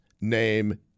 name